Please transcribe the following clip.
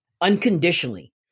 unconditionally